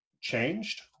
changed